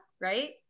right